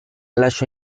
lasciò